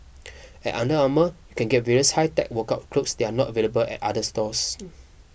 at Under Armour you can get various high tech workout clothes that are not available at other stores